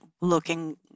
looking